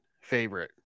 Favorite